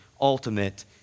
ultimate